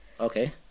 Okay